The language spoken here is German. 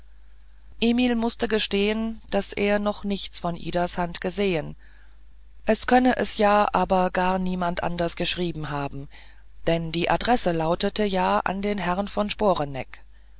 emil mußte gestehen daß er noch nichts von idas hand gesehen es könne es ja aber doch gar niemand anders geschrieben haben denn die adresse lautete ja an herrn von